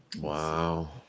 Wow